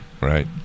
right